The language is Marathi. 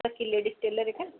सखी लेडिज टेलर आहे का